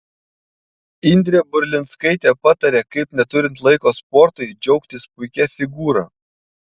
indrė burlinskaitė patarė kaip neturint laiko sportui džiaugtis puikia figūra